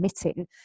admitting